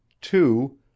Two